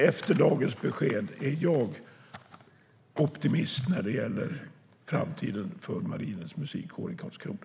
Efter dagens besked är jag optimist vad gäller framtiden för Marinens Musikkår i Karlskrona.